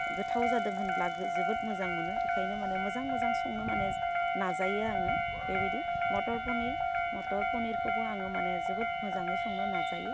गोथाव जादों होनब्ला जोबोद मोजां मोनो बिखायनो माने मोजां मोजां संनो माने नाजायो आङो बेबायदि मटर पनिर मटर पनिरखौबो आङो माने जोबोद मोजाङै संनो नाजायो